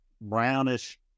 brownish